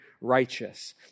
righteous